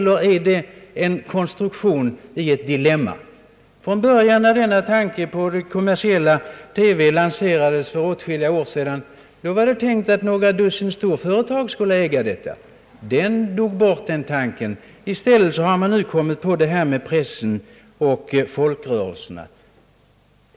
Eiler är det en konstruktion i ett dilemma? När tanken på kommersiell TV från början lanserades för åtskilliga år sedan var det meningen att några dussin storföretag skulle äga detta TV-företag. Den tanken dog bort. I stället har man nu hittat på detta med pressen och folkrörelserna.